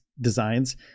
designs